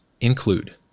include